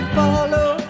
follow